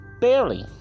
barely